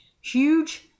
huge